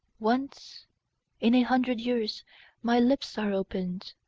once in a hundred years my lips are opened,